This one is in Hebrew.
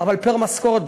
אבל פר-משכורת,